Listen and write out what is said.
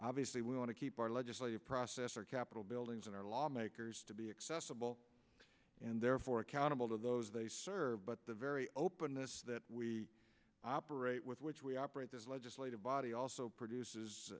obviously we want to keep our legislative process our capital buildings and our lawmakers to be accessible and therefore accountable to those they serve but the very open this that we operate with which we operate this legislative body also produces